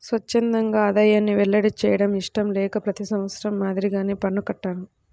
స్వఛ్చందంగా ఆదాయాన్ని వెల్లడి చేయడం ఇష్టం లేక ప్రతి సంవత్సరం మాదిరిగానే పన్ను కట్టాను